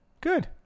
Good